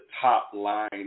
top-line